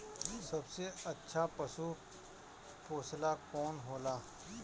सबसे अच्छा पशु पोसेला कौन होला?